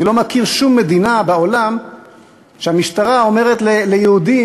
אני לא מכיר שום מדינה בעולם שהמשטרה שם אומרת ליהודים,